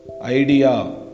Idea